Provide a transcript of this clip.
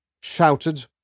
shouted